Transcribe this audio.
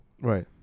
Right